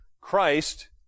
christ